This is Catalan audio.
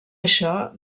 això